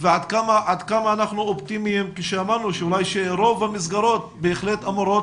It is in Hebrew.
ועד כמה אנחנו אופטימיים כשאמרנו שרוב המסגרות בהחלט אמורות